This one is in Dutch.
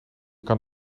kan